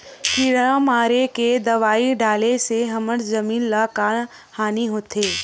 किड़ा मारे के दवाई डाले से हमर जमीन ल का हानि होथे?